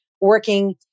working